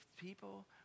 people